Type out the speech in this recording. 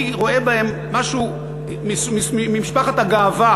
אני רואה בהן משהו ממשפחת הגאווה,